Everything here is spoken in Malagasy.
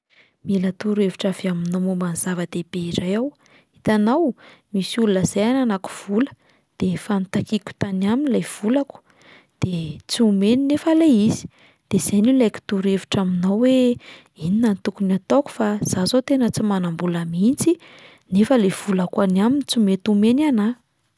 “Mila torohevitra avy aminao momba ny zava-dehibe iray aho. Hitanao o! Misy olona izay ananako vola de efa notakiako tany aminy ilay volako de tsy omeny nefa 'lay izy. De izay no ilaiko torohevitra aminao hoe inona no tokony ataoko fa izaho izao tena tsy manam-bola mihitsy nefa ilay volako any aminy tsy mety omeny anahy?"